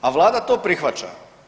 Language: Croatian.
A Vlada to prihvaća.